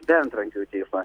be antrankių į teismą